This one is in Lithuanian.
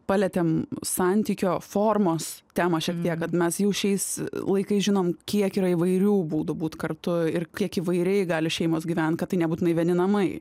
palietėm santykio formos temą šiek tiek kad mes jau šiais laikais žinom kiek yra įvairių būdų būt kartu ir kiek įvairiai gali šeimos gyventi kad tai nebūtinai vieni namai